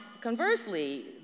conversely